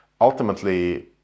ultimately